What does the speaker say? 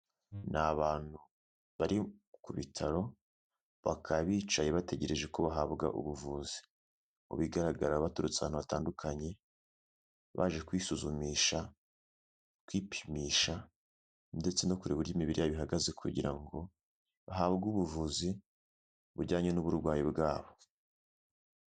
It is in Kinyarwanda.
Ni abantu bari ku bitaro bakaba bicaye bategereje ko bahabwa ubuvuzi, mu bigaragara baturutse ahantu hatandukanye baje kwisuzumisha, kwipimisha ndetse no kureba uburyo imibiri yabo ihagaze kugira ngo bahabwe ubuvuzi bujyanye n'uburwayi bwabo.